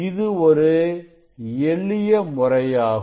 இது ஒரு எளிய முறையாகும்